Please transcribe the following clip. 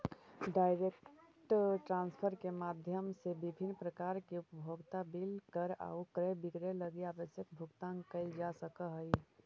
direct transfer के माध्यम से विभिन्न प्रकार के उपभोक्ता बिल कर आउ क्रय विक्रय लगी आवश्यक भुगतान कैल जा सकऽ हइ